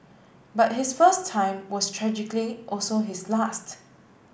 but his first time was tragically also his last